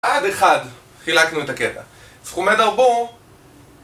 עד אחד חילקנו את הקטע. סכומי דרבו